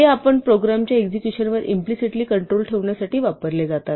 हे आपल्या प्रोग्रॅम च्या एक्झेक्युशन वर इम्प्लिसिटली कंट्रोल ठेवण्यासाठी वापरले जातात